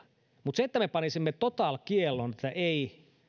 mutta se että me panisimme totalkiellon että ei